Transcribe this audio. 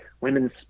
women's